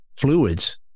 fluids